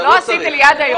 ולא עשית לי עד היום.